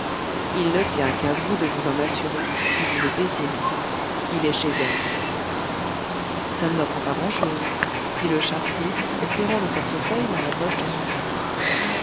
il ne tient qu'à vous de vous en assurer si vous le désirez il est chez elle ça ne m'apprend pas grand'chose dit le charretier en serrant le portefeuille dans la poche de son capot